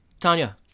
Tanya